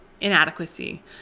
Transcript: inadequacy